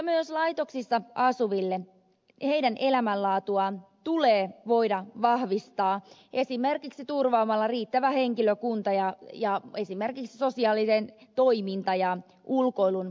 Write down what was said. mutta myös laitoksissa asuvien elämänlaatua tulee voida vahvistaa esimerkiksi turvaamalla riittävä henkilökunta ja esimerkiksi sosiaalinen toiminta ja ulkoilun mahdollisuudet